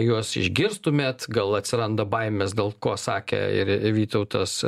juos išgirstumėt gal atsiranda baimės dėl ko sakė ir vytautas